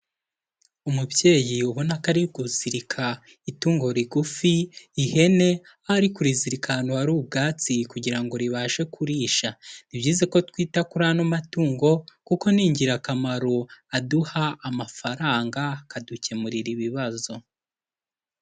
Umubyeyi ubona ko ari kuzirika itungo rigufi ihene, aho ari kurizirika ahantu hari ubwatsi kugira ngo ribashe kurisha, ni byiza ko twita kuri ano matungo kuko ni ingirakamaro, aduha amafaranga akadukemurira ibibazo.